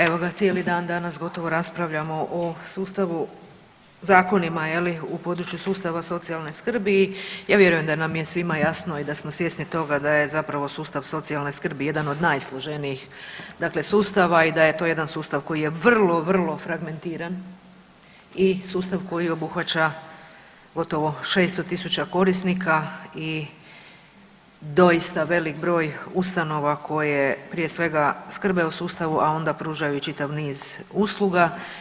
Evo ga cijeli dan danas gotovo raspravljamo o sustavu, zakonima je li, u području sustava socijalne skrbi i ja vjerujem da nam je svima jasno i da smo svjesni toga da je zapravo sustav socijalne skrbi jedan od najsloženijih dakle sustava i da je to jedan sustav koji je vrlo vrlo fragmentiran i sustav koji obuhvaća gotovo 600.000 korisnika i doista velik broj ustanova koje prije svega skrbe o sustavu, a onda pružaju i čitav niz usluga.